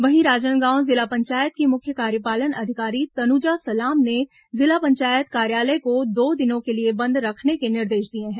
वहीं राजनांदगांव जिला पंचायत की मुख्य कार्यपालन अधिकारी तनुजा सलाम ने जिला पंचायत कार्यालय को दो दिनों के लिए बंद रखने के निर्देश दिए हैं